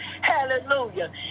Hallelujah